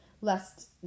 lest